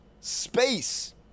space